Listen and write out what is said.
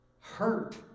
hurt